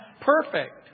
perfect